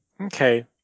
Okay